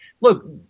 look